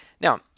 Now